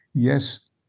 Yes